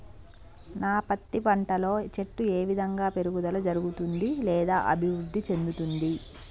నా పత్తి పంట లో చెట్టు ఏ విధంగా పెరుగుదల జరుగుతుంది లేదా అభివృద్ధి చెందుతుంది?